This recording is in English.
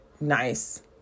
nice